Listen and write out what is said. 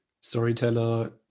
storyteller